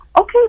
Okay